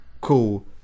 Cool